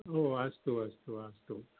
हो अस्तु अस्तु अस्तु